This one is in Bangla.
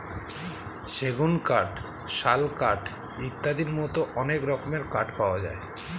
সেগুন কাঠ, শাল কাঠ ইত্যাদির মতো অনেক রকমের কাঠ পাওয়া যায়